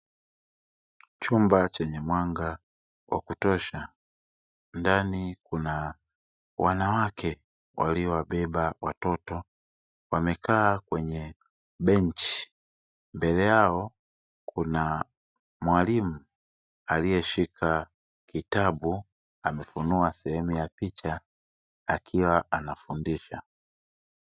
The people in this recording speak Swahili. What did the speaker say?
Chumba chenye mwanga wa kutosha ndani kuna wanawake waliowabeba watoto wamekaa kwenye benchi mbele yao kuna mwalimu aliyeshika kitabu amefunua sehemu ya picha akiwa anafundisha.